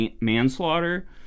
manslaughter